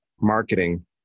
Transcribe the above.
marketing